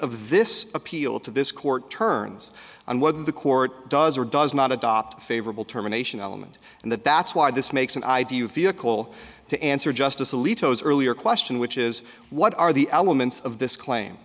of this appeal to this court turns on whether the court does or does not adopt favorable terminations element and that that's why this makes an idea of vehicle to answer justice alito as earlier question which is what are the elements of this